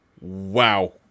Wow